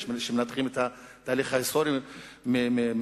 יש כאלה שמנתחים את התהליך ההיסטורי מנקודת